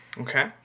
Okay